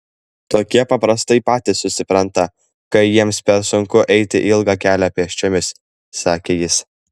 tokie paprastai patys susipranta kad jiems per sunku eiti ilgą kelią pėsčiomis sakė jis